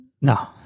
No